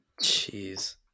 Jeez